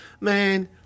man